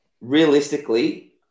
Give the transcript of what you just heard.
realistically